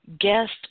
guest